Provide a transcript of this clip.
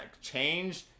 change